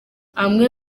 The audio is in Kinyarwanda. amwe